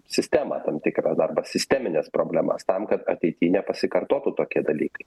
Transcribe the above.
sistemą tam tikrą darbą sistemines problemas tam kad ateity nepasikartotų tokie dalykai